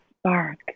Spark